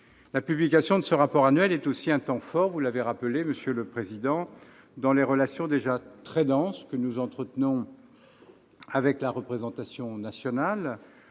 La publication de ce rapport annuel est aussi un temps fort, vous l'avez rappelé, monsieur le président, dans les relations déjà très denses que nous entretenons avec la représentation nationale.